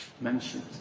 mentioned